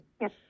yes